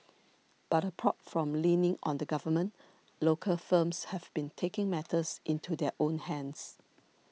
but apart from leaning on the Government local firms have been taking matters into their own hands